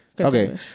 Okay